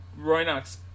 Roynox